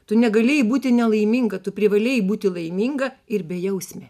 tu negalėjai būti nelaiminga tu privalėjai būti laiminga ir bejausmė